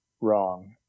wrong